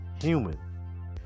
human